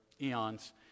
eons